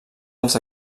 els